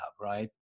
right